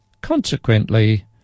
consequently